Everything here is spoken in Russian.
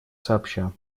сообща